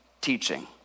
teaching